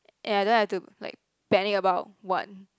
and I don't have to like panicked about what